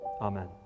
Amen